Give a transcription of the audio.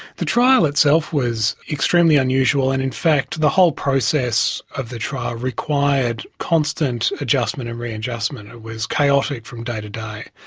the trial itself was extremely unusual and in fact the whole process of the trial required constant adjustment and readjustment it was chaotic from day to day.